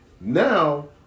now